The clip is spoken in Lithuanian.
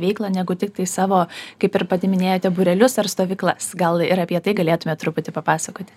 veiklą negu tiktai savo kaip ir pati minėjote būrelius ar stovyklas gal ir apie tai galėtumėt truputį papasakoti